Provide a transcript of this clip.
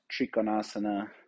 Trikonasana